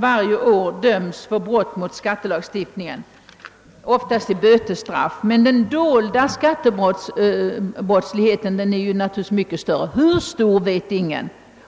personer dömes varje år för brott mot skattelagstiftningen — oftast till bötesstraff — men den dolda skatteflykten är naturligtvis mycket större. Hur stor vet ingen.